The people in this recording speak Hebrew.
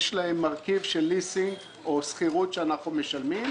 יש להם מרכיב של ליסינג או שכירות שאנחנו משלמים,